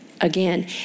again